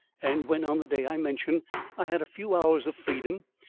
and when on the day i mention i had a few hours of freedom,